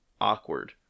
awkward